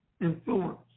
influence